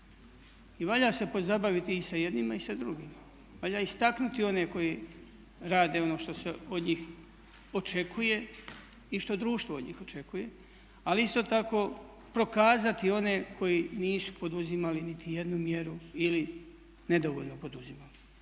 I valja se pozabaviti i sa jednima i sa drugima, valja istaknuti one koji rade ono što se od njih očekuje i što društvo od njih očekuje, ali isto tako prokazati one koji nisu poduzimali nitijednu mjeru ili nedovoljno poduzimali.